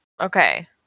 Okay